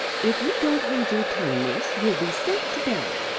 if you don't hold your tongue, miss, you'll be sent to bed.